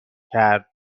کرد